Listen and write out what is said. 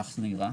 כך זה נראה.